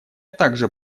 также